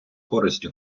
користь